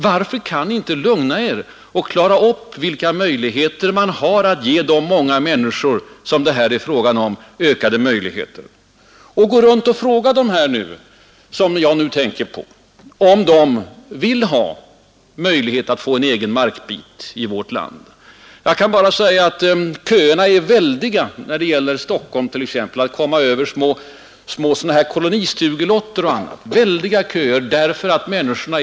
Varför kan ni inte lugna ner er och klara ut hur man skall kunna ge de många människor som det här är fråga om ökade möjligheter? Gå runt och fråga dessa, som jag nu tänker på, om de vill ha en egen markbit i vårt land! Jag kan bara säga att det är väldiga köer i t.ex. Stockholm därför att människorna fortfarande i högsta grad är förankrade i jorden.